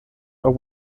are